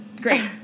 Great